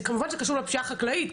זה כמובן שקשור לפשיעה החקלאית,